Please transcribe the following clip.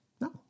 No